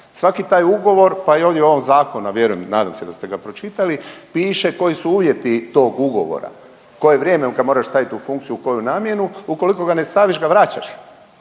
Svaki taj ugovor, pa i ovdje u ovom Zakonu, a vjerujem, nadam se da ste ga pročitali, piše koji su uvjeti tog ugovora. Koje vrijeme kad moraš staviti, u koju namjenu, ukoliko ga ne staviš ga vraćaš.